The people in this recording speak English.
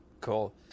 cool